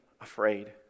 afraid